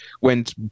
went